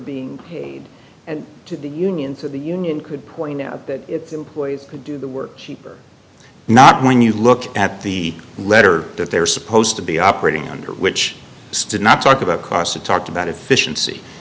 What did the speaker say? being paid and to the union to the union could point out that employees could do the work or not when you look at the letter that they're supposed to be operating under which still not talk about cost a talked about efficiency